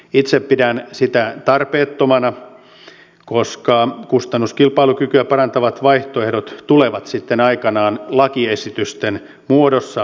itse pidän sitä tarpeettomana koska kustannuskilpailukykyä parantavat vaihtoehdot tulevat sitten aikanaan lakiesitysten muodossa käsittelyyn